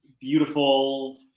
beautiful